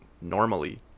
normally